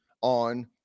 on